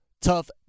tough